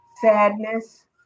sadness